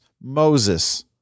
Moses